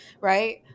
right